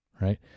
right